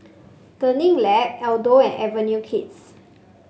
Learning Lab Aldo and Avenue Kids